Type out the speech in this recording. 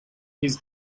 his